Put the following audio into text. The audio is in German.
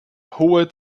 hohe